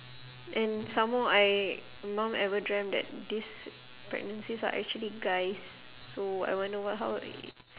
and some more I mum ever dreamt that these pregnancies are actually guys so I wonder what how